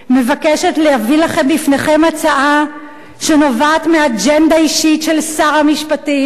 מבקשת להביא בפניכם הצעה שנובעת מאג'נדה אישית של שר המשפטים,